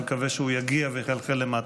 אני מקווה שהוא יגיע ויחלחל למטה.